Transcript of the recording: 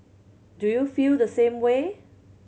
do you feel the same way